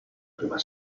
prima